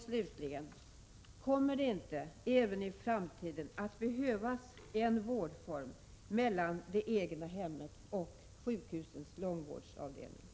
Slutligen: Kommer det inte även i framtiden att behövas en vårdform mellan vården i det egna hemmet och den som ges på sjukhusens långvårdsavdelningar?